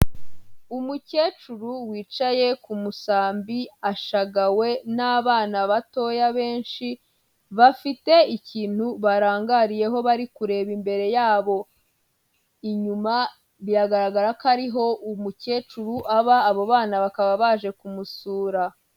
Umukecuru wicaye ku musambi ashagawe n'abana batoya benshi, bafite ikintu barangariyeho bari kureba imbere yabo, inyuma biragaragara ko ariho umukecuru aba, abo bana bakaba baje kumusura.